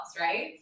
right